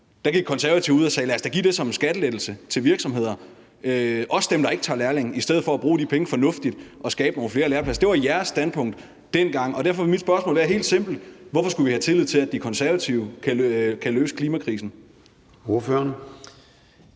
i AUB-fonden, gik ud og sagde, at det skulle da gives som en skattelettelse til virksomhederne, også dem, der ikke tog lærlinge, i stedet for at bruge de penge fornuftigt og skabe nogle flere lærepladser. Det var jeres standpunkt dengang, og derfor vil mit spørgsmål helt simpelt være: Hvorfor skulle vi have tillid til, at De Konservative kan løse klimakrisen? Kl.